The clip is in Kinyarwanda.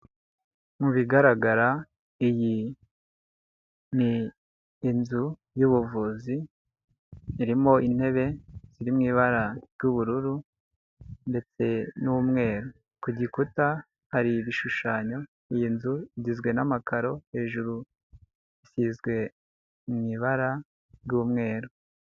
Mu bigaragara iyi ni inzu y'ubuvuzi irimo intebe ziri mu ibara ry'ubururu ndetse n'umweru. Ku gikuta hari ibishushanyo, iyi nzu igizwe n'amakaro, hejuru isizwe mu ibara ry'umweru.